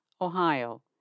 Ohio